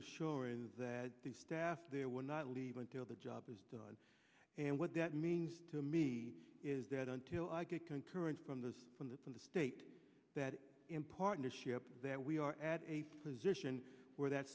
ensuring that the staff there will not leave until the job is done and what that means to me is that until i get concurrence from those from that from the state that in partnership that we are at a position where that